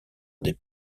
des